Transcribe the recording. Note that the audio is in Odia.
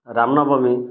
ରାମନବମୀ